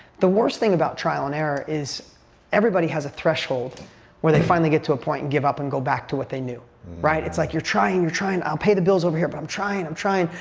the worst thing about trial and error is everybody has a threshold where they finally get to a point and give up and go back to what they knew, right? it's like you're trying, you're trying, i'll pay the bills over here, but i'm trying, i'm trying.